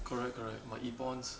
correct correct my Epon